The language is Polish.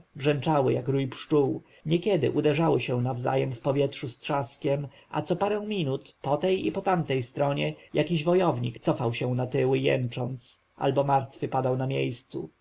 brzęczały jak rój pszczół niekiedy uderzały się nawzajem w powietrzu z trzaskiem a co parę minut po tej i po tamtej stronie jakiś wojownik cofał się na tyły jęcząc albo martwy padał na miejscu